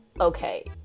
okay